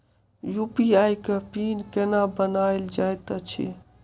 UPI केँ pin केना बनायल जाइत अछि